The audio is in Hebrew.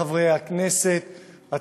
בעד, אין מתנגדים, אין נמנעים.